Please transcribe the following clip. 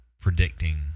predicting